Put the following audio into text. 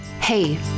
Hey